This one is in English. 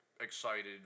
excited